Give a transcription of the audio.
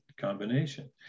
combination